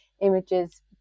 images